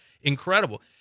Incredible